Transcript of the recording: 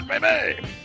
baby